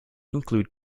include